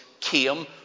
came